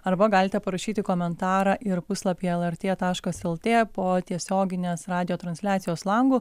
arba galite parašyti komentarą ir puslapyje lrt taškas lt po tiesioginės radijo transliacijos langu